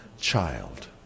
child